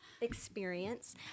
experience